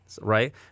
right